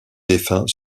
défunt